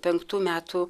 penktų metų